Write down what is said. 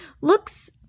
Looks